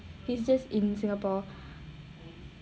he's just in singapore